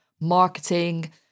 marketing